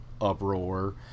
uproar